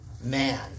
man